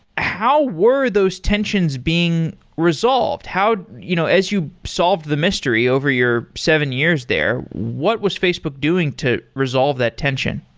how were those tensions being resolved? you know as you solved the mystery over your seven years there, what was facebook doing to resolve that tension?